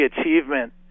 achievement